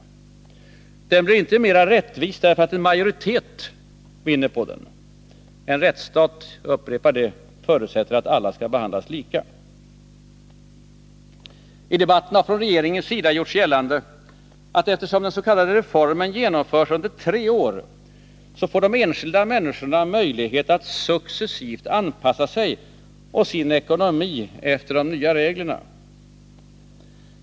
Och den blir inte mer rättvis därför att majoriteten vinner på den. I en rättsstat — jag upprepar det — förutsätts det att alla skall behandlas lika. I debatten har det från regeringens sida gjorts gällande, att eftersom den s.k. reformen genomförs under tre år, får de enskilda människorna möjlighet att successivt anpassa sig och sin ekonomi efter de nya reglerna.